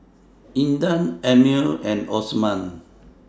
Intan Ammir and Osman